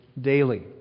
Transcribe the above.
daily